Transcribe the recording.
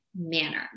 manner